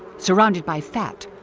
surrounded by fat,